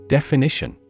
Definition